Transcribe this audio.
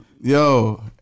Yo